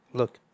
look